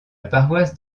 paroisse